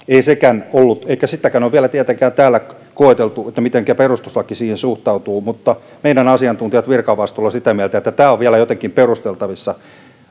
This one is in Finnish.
ei sitäkään ole vielä tietenkään täällä koeteltu mitenkä perustuslaki siihen suhtautuu mutta meidän asiantuntijat virkavastuulla ovat sitä mieltä että tämä on vielä jotenkin perusteltavissa